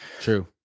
true